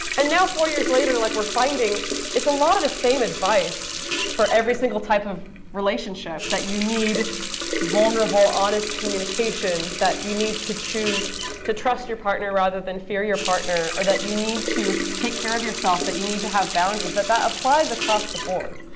and now four years later, like we're finding it's a lot of the same advice for every single type of relationship that you need vulnerable honest communication, that you need to choose to trust your partner rather than fear your partner, or that you need to take care of yourself, that you need to have boundaries that that applies across the board.